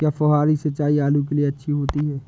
क्या फुहारी सिंचाई आलू के लिए अच्छी होती है?